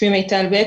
שמי מיטל בק,